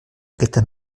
aquesta